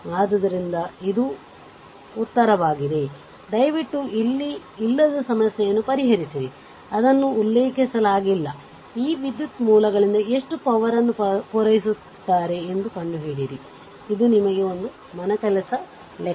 ಆದ್ದರಿಂದ ಇದು ಉತ್ತರವಾಗಿದೆದಯವಿಟ್ಟು ಇಲ್ಲಿ ಇಲ್ಲದ ಸಮಸ್ಯೆಯನ್ನು ಪರಿಹರಿಸಿ ಅದನ್ನು ಉಲ್ಲೇಖಿಸಲಾಗಿಲ್ಲ ಈ ವಿದ್ಯುತ್ ಮೂಲಗಳಿಂದ ಎಷ್ಟು ಪವರ್ ಅನ್ನು ಪೂರೈಸುತ್ತಾರೆ ಎಂದು ಕಂಡು ಹಿಡಿಯಿರಿ ಇದು ನಿಮಗಾಗಿ ಒಂದು ಮನೆ ಕೆಲಸ ಲೆಕ್ಕ